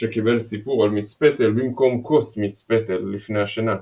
שקיבל סיפור על מיץ פטל במקום כוס מיץ פטל לפני השינה.